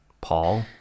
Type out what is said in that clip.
Paul